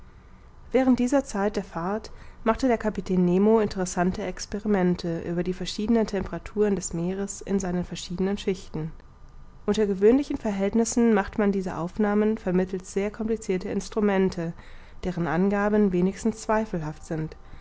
während dieser zeit der fahrt machte der kapitän nemo interessante experimente über die verschiedenen temperaturen des meeres in seinen verschiedenen schichten unter gewöhnlichen verhältnissen macht man diese aufnahmen vermittelst sehr complicirter instrumente deren angaben wenigstens zweifelhaft sind